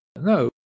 No